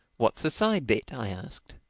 what's a side bet? i asked.